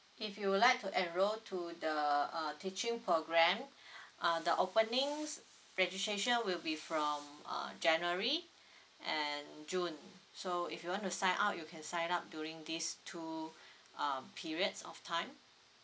if you would like to enrol to the uh teaching program uh the openings registration will be from uh january and june so if you want to sign up you can sign up during these two um periods of time